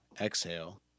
exhale